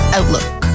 Outlook